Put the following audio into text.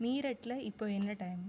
மீரட்டில் இப்போது என்ன டைம்